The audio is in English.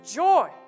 joy